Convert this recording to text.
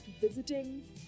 visiting